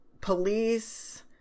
police